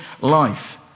life